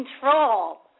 control